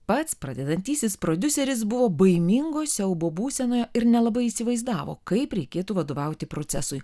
pats pradedantysis prodiuseris buvo baimingo siaubo būsenoje ir nelabai įsivaizdavo kaip reikėtų vadovauti procesui